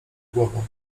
głową